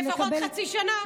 לפחות חצי שנה.